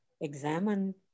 examine